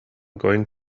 going